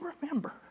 remember